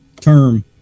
term